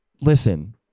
Listen